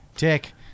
Dick